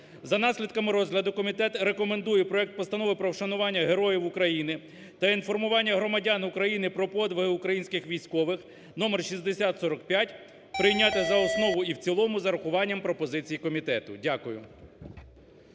За наслідками розгляду, комітет рекомендує проект Постанови про вшанування Героїв України та інформування громадян України про подвиг українських військових (№6045) прийняти за основу і в цілому з урахуванням пропозицій комітету. Дякую.